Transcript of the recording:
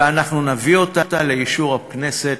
ואנחנו נביא אותה לאישור הכנסת,